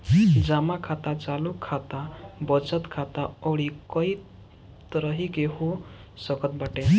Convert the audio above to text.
जमा खाता चालू खाता, बचत खाता अउरी कई तरही के हो सकत बाटे